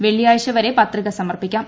വെള്ളിയാഴ്ച വരെ പത്രിക സമർപ്പിക്കാം